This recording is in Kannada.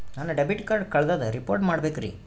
ನನ್ನ ಡೆಬಿಟ್ ಕಾರ್ಡ್ ಕಳ್ದದ ರಿಪೋರ್ಟ್ ಮಾಡಬೇಕ್ರಿ